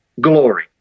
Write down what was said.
glory